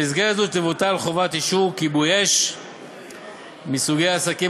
במסגרת זו תבוטל חובת אישור כיבוי אש מסוגי עסקים